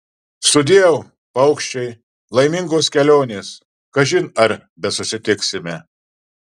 sudieu paukščiai laimingos kelionės kažin ar besusitiksime